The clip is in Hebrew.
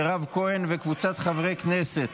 מירב כהן וקבוצת חברי הכנסת.